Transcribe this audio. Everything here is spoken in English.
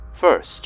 First